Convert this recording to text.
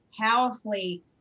powerfully